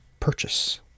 purchase